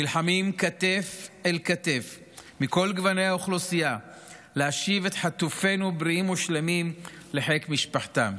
נלחמים כתף-אל-כתף להשיב את חטופינו בריאים ושלמים לחיק משפחתם.